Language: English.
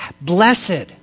blessed